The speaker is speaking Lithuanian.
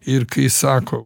ir kai sako